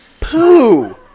poo